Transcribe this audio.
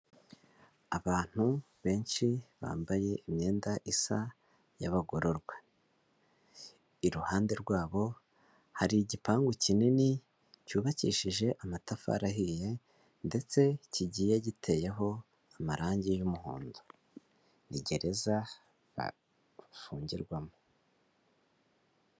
Abantu benshi bambaye imyenda isa, y'abagororwa, iruhande rwabo hari igipangu kinini cyubakishije amatafari ahiye ndetse kigiye giteyeho amarange y'umuhondo, ni gereza bafungirwamo.